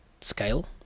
scale